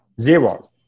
Zero